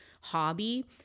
hobby